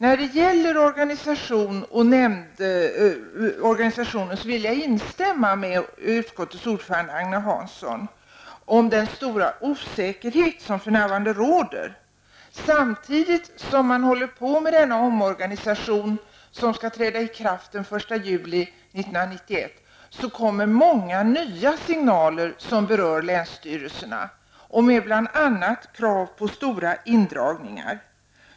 Beträffande organisationer vill jag instämma med utskottets ordförande Agne Hansson när det gäller den stora osäkerhet som för närvarande råder. Samtidigt som man håller på med den omorganisation som skall träda i kraft den 1 juli 1991 kommer många nya signaler som berör länsstyrelserna, bl.a. med krav på stora indragningar.